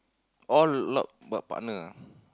all lob~ but partner ah